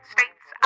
States